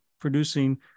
producing